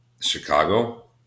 Chicago